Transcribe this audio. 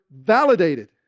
validated